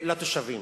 לתושבים,